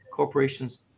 Corporations